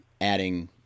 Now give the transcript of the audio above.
adding